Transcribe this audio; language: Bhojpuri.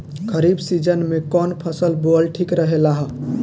खरीफ़ सीजन में कौन फसल बोअल ठिक रहेला ह?